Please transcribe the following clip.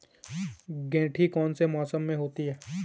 गेंठी कौन से मौसम में होती है?